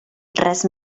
res